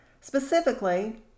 Specifically